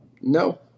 No